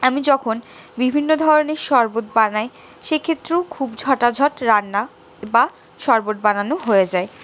আমি যখন বিভিন্ন ধরনের শরবত বানাই সেক্ষেত্রেও খুব ঝটা ঝট রান্না বা শরবত বানানো হয়ে যায়